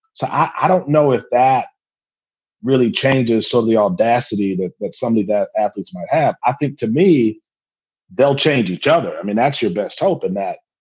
so i don't know if that really changes. so the audacity that that someday that athletes might add, i think to me they'll change each other. i mean, that's your best hope in that.